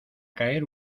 caer